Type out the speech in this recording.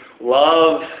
love